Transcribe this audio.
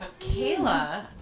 Kayla